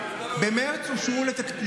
אני יודע את הנתונים.